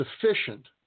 sufficient